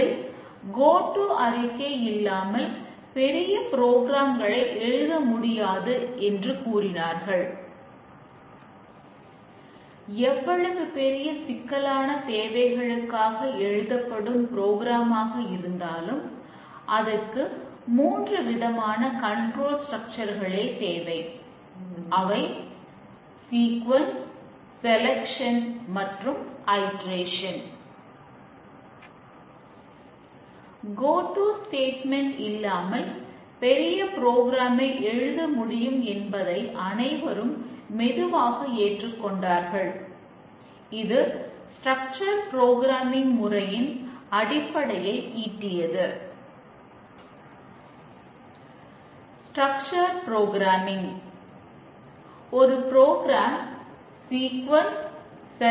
அதில் வாடிக்கையாளரின் தேவை என்ன வடிவமைப்பு கோடிங் பராமரிப்பிற்கும் செய்யப்படுவதை நாம் பார்க்க முடிகிறது